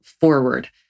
forward